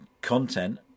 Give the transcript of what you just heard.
content